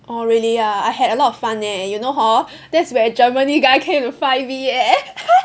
oh really ah I had a lot of fun leh you know hor that's where Germany guy came to find me eh